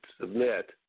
submit